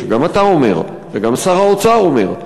שגם אתה אומר וגם שר האוצר אומר,